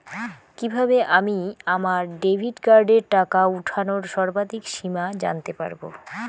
কিভাবে আমি আমার ডেবিট কার্ডের টাকা ওঠানোর সর্বাধিক সীমা জানতে পারব?